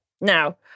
now